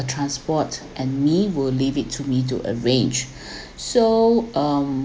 transport and me will leave it to me to arrange so um